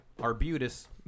Arbutus